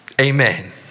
Amen